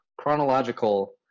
chronological